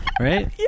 Right